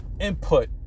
input